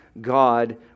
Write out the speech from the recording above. God